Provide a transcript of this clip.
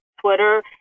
Twitter